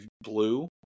blue